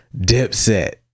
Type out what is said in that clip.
Dipset